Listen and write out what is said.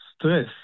stress